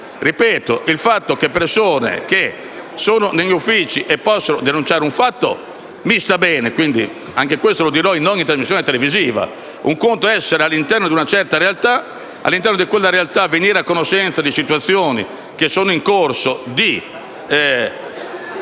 il fatto che persone che fanno parte degli uffici possano denunciare un fatto mi sta bene e anche questo lo dirò in ogni trasmissione televisiva. Un conto è essere all'interno di una certa realtà e venire a conoscenza di situazioni di malaffare in corso o